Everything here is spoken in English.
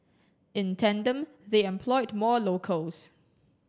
in tandem they employed more locals